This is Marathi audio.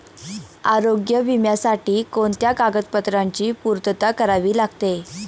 आरोग्य विम्यासाठी कोणत्या कागदपत्रांची पूर्तता करावी लागते?